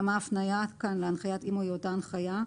גם הפניה כאן להנחיית --- הוא אותה הנחייה,